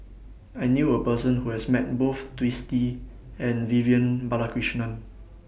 I knew A Person Who has Met Both Twisstii and Vivian Balakrishnan